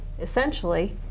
essentially